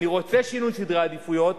אני רוצה שינוי סדרי עדיפויות,